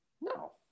No